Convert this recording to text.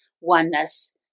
oneness